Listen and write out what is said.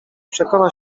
przekona